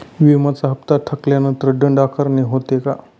विम्याचा हफ्ता थकल्यानंतर दंड आकारणी होते का?